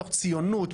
מתוך ציונות,